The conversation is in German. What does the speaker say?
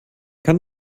kann